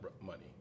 money